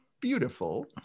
beautiful